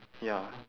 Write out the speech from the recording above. ya